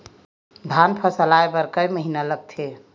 धान फसल आय बर कय महिना लगथे?